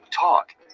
Talk